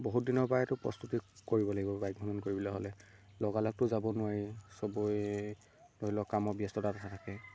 বহুত দিনৰ পৰাইতো প্ৰস্তুতি কৰিব লাগিব বাইক ভ্ৰমণ কৰিবলৈ হ'লে লগালগতো যাব নোৱাৰি চবয়েই ধৰি লওক কাম ব্যস্ততাৰ কথা থাকে